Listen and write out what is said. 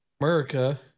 America